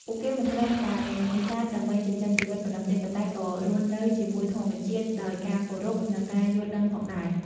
ពួកគេមិនត្រឹមតែនេសាទដើម្បីចិញ្ចឹមជីវិតប៉ុណ្ណោះទេ ប៉ុន្តែក៏រស់នៅជាមួយធម្មជាតិដោយការគោរព និងការយល់ដឹងផងដែរ។